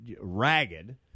ragged